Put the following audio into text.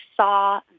saw